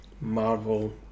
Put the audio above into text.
Marvel